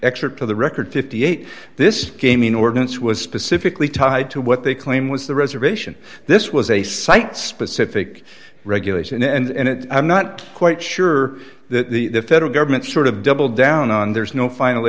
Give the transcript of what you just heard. of the record fifty eight this gaming ordinance was specifically tied to what they claim was the reservation this was a site specific regulation and it i'm not quite sure that the federal government sort of doubled down on there's no final